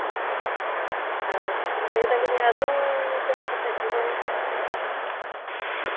ᱞᱟᱹᱭ ᱮᱫᱟᱞᱤᱧ ᱟᱹᱞᱩ ᱛᱤᱱᱟᱹᱜ ᱠᱟᱛᱮ ᱠᱤᱞᱳ